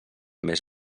més